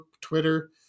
twitter